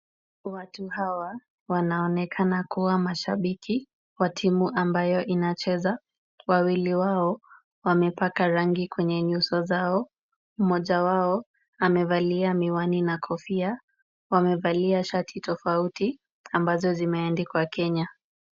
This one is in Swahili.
Watu hawa wanaonekana kuwa mashabiki wa timu ambayo inacheza. Wawili wao wamepaka rangi kwenye nyuso zao. Mmoja wao amevalia miwani na kofia. Wamevalia shati tofauti ambazo zimeandikwa Kenya.